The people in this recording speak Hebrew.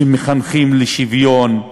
שמחנכים לשוויון,